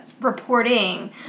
reporting